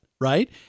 Right